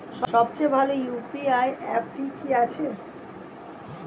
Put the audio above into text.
সবচেয়ে ভালো ইউ.পি.আই অ্যাপটি কি আছে?